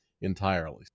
entirely